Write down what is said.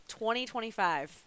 2025